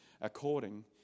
according